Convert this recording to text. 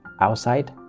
outside